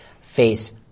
face